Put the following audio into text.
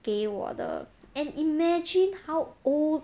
给我的 and imagine how old